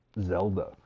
Zelda